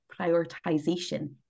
prioritization